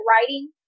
writing